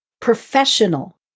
Professional